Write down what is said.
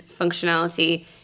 functionality